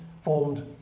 formed